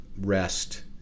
rest